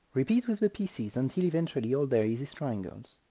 repeat with the pieces, until eventually all there is is triangles.